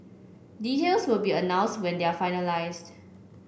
details will be announced when they are finalised